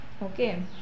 Okay